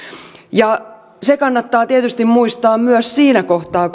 ja se kannattaa tietysti muistaa myös siinä kohtaa